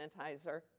sanitizer